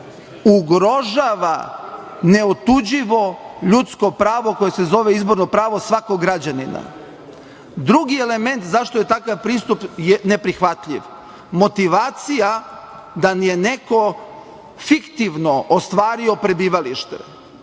ugrožava neotuđivo ljudsko pravo koje se zove izborno pravo svakog građanina. Drugi element zašto je takav pristup neprihvatljiv. Motivacija da li je neko fiktivno ostvario prebivalište